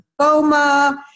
lymphoma